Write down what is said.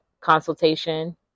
consultation